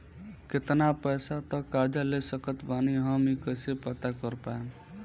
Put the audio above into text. केतना पैसा तक कर्जा ले सकत बानी हम ई कइसे पता कर पाएम?